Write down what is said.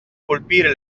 colpire